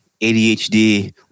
ADHD